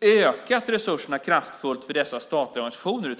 ökade resurserna för dessa statliga organisationer.